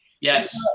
Yes